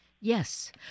Yes